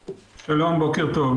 שלום, בוקר טוב.